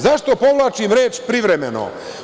Zašto podvlačim reč privremeno?